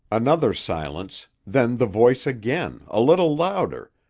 another silence then the voice again, a little louder,